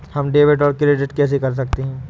हम डेबिटऔर क्रेडिट कैसे कर सकते हैं?